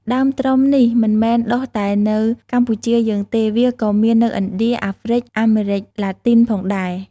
ដើមត្រុំនេះមិនមែនដុះតែនៅកម្ពុជាយើងទេ វាក៏មាននៅឥណ្ឌា អាហ្រ្វិក អាមេរិកឡាទីនផងដែរ។